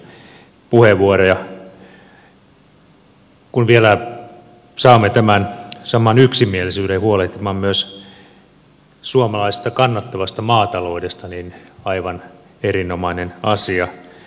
kun vielä saamme tämän saman yksimielisyyden huolehtimaan myös suomalaisesta kannattavasta maataloudesta niin aivan erinomainen asia